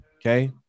Okay